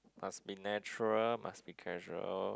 must be natural must be casual